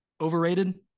overrated